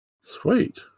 Sweet